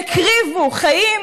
והקריבו חיים